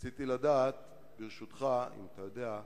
רציתי לדעת, ברשותך, אם אתה יודע,